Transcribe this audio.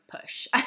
push